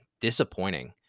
disappointing